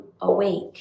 awake